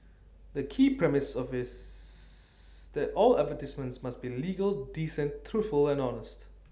the key premise of is that all advertisements must be legal decent truthful and honest